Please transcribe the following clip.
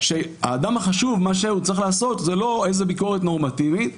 שמה שצריך לעשות האדם החשוב זה לא ביקורת נורמטיבית,